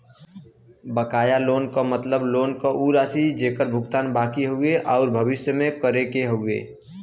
बकाया लोन क मतलब लोन क उ राशि जेकर भुगतान बाकि हउवे आउर भविष्य में करे क हउवे